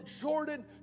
Jordan